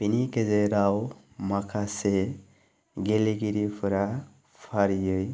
बेनि गेजेराव माखासे गेलेगिरिफोरा फारियै